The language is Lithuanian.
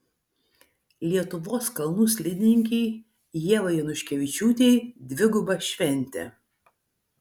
lietuvos kalnų slidininkei ievai januškevičiūtei dviguba šventė